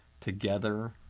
Together